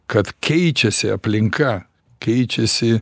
kad keičiasi aplinka keičiasi